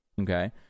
okay